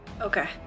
okay